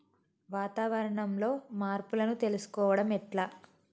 వాతావరణంలో మార్పులను తెలుసుకోవడం ఎట్ల?